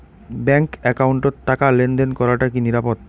Bank একাউন্টত টাকা লেনদেন করাটা কি নিরাপদ?